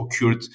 occurred